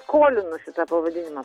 skolinu šitą pavadinimą